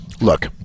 Look